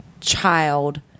child